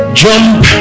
jump